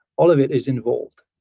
all of it is involved.